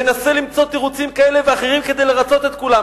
מנסה למצוא תירוצים כאלה ואחרים כדי לרצות את כולם.